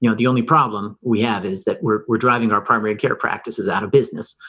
you know the only problem we have is that we're we're driving our primary care practices out of business.